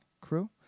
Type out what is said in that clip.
crew